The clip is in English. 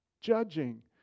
judging